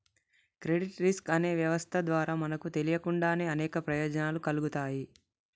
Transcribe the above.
credit risk అనే వ్యవస్థ ద్వారా మనకు తెలియకుండానే అనేక ప్రయోజనాలు కల్గుతాయి